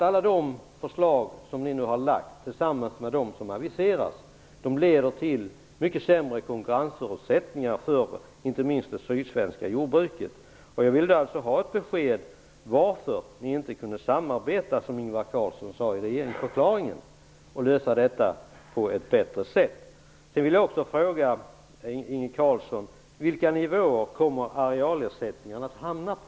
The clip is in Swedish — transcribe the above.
Alla de förslag som ni nu har lagt fram, tillsammans med dem som aviseras, leder till mycket sämre konkurrensförutsättningar för inte minst det sydsvenska jordbruket. Jag vill ha ett besked om varför ni inte kunde samarbeta, som Ingvar Carlsson sade i regeringsförklaringen, och lösa detta på ett bättre sätt. Sedan vill jag också fråga Inge Carlsson vilka nivåer arealersättningen kommer att hamna på.